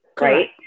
right